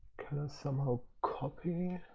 somehow copy,